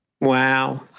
Wow